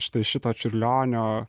štai šito čiurlionio